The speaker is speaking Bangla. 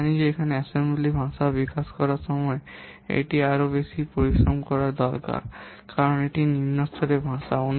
আমরা জানি যে এখানে সমাবেশ ভাষা বিকাশ করার সময় এটি আরও বেশি পরিশ্রম করার দরকার কারণ এটি নিম্ন স্তরের ভাষা